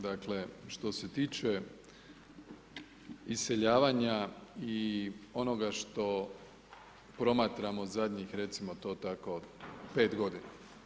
Dakle, što se tiče iseljavanja i onoga što promatramo zadnjih, recimo to tako, 5 godina.